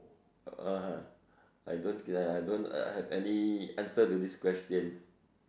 (uh huh) I don't ya I don't uh have any answer to this question